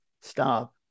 Stop